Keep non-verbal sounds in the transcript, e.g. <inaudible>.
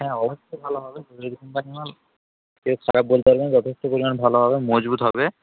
হ্যাঁ অবশ্যই ভালো হবে গোদরেজ কোম্পানির মাল কেউ খারাপ বলতে <unintelligible> যথেষ্ট পরিমাণ ভালো হবে মজবুত হবে